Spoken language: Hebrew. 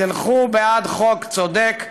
תלכו בעד חוק צודק,